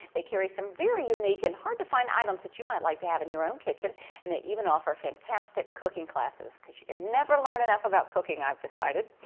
they carry some very unique and hard-to-find items that you might like to have in your own kitchen and they even offer fantastic cooking classes because you can never learn enough about cooking, i've decided.